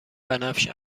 بنفش